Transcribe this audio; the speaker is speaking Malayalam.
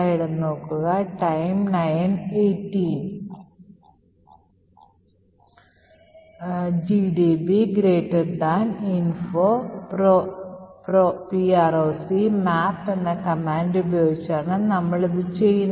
gdb info proc map എന്ന കമാൻഡ് ഉപയോഗിച്ചാണ് നമ്മൾ ഇത് ചെയ്യുന്നത്